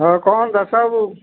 ହଁ କ'ଣ ଦାସ ବାବୁ